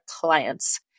clients